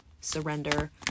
Surrender